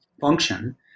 function